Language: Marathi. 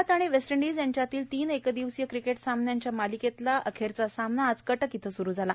भारत आणि वेस्ट इंडीज यांच्यातील तीन एकदिवसीय क्रिकेट सामन्यांच्या मालिकेतला अखेरचा सामना आज कटक इथं सुरू झाला